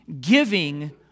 giving